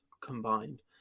combined